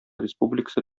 республикасы